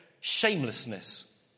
Shamelessness